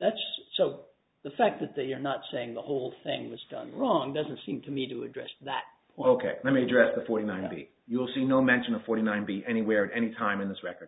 that's so the fact that that you're not saying the whole thing was done wrong doesn't seem to me to address that well ok let me address the fortnightly you'll see no mention of forty nine b anywhere anytime in this record